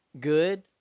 good